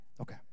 Okay